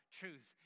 truth